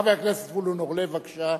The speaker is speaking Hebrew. חבר הכנסת זבולון אורלב, בבקשה.